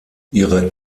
ihre